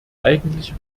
eigentliche